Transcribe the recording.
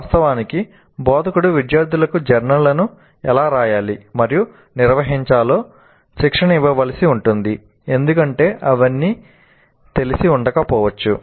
వాస్తవానికి బోధకుడు విద్యార్థులకు జర్నల్ లను ఎలా వ్రాయాలి మరియు నిర్వహించాలో శిక్షణ ఇవ్వవలసి ఉంటుంది ఎందుకంటే అవన్నీ తెలిసి ఉండకపోవచ్చు